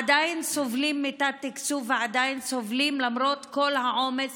עדיין סובלים מתת-תקצוב ועדיין סובלים למרות כל העומס